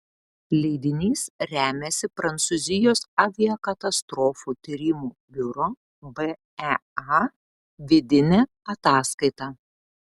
leidinys remiasi prancūzijos aviakatastrofų tyrimų biuro bea vidine ataskaita